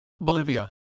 Bolivia